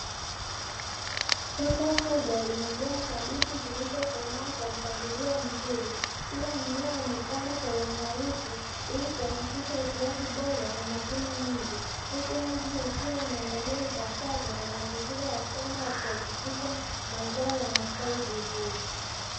Shamba kubwa limejaa kabichi zilizokomaa kwa mpangilio mzuri kila mmea umepandwa kwa uangalifu, ili kuhakikisha ukuaji bora na mavuno mengi huku ardhi ikiwa imeandaliwa ipasavyo na mazingira ya shamba yakihakikisha mazao yanastawi vizuri.